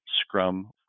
Scrum